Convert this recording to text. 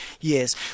Yes